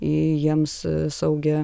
į jiems saugią